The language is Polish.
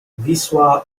wisła